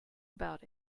about